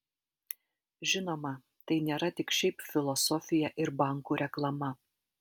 žinoma tai nėra tik šiaip filosofija ir bankų reklama